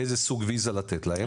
איזה סוג ויזה לתת להם.